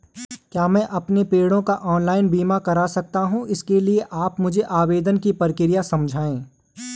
क्या मैं अपने पेड़ों का ऑनलाइन बीमा करा सकता हूँ इसके लिए आप मुझे आवेदन की प्रक्रिया समझाइए?